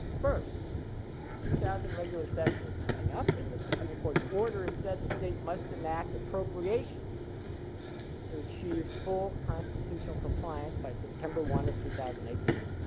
first the two thousand regular session is coming up and the supreme court's order has said the state must enact appropriations to achieve full constitutional compliance by september one of two thousand and eighteen.